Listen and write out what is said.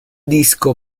disco